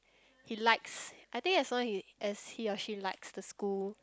he likes I think as long he as he or she likes the school